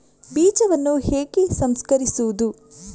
ಬೀಜವನ್ನು ಹೇಗೆ ಸಂಸ್ಕರಿಸುವುದು?